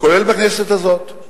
כולל בכנסת הזאת.